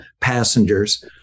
passengers